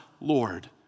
Lord